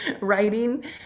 writing